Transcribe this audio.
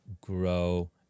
grow